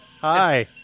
Hi